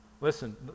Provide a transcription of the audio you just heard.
Listen